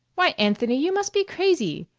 why, anthony, you must be crazy!